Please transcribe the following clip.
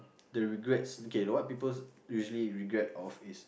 the regrets K what people usually regret of is